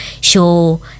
show